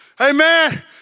Amen